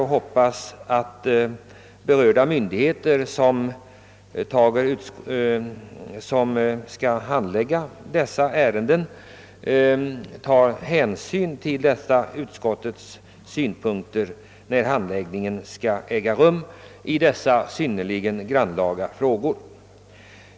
Jag hoppas också att berörda myndigheter beaktar utskottsmajoritetens synpunkter vid handläggningen av dessa synnerligen grannlaga ärenden.